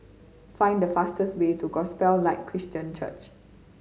find the fastest way to Gospel Light Christian Church